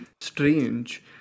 strange